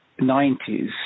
90s